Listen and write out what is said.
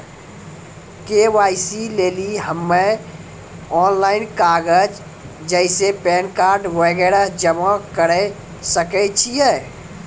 KYC लेली हम्मय online कागज जैसे पैन कार्ड वगैरह जमा करें सके छियै?